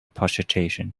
prostitution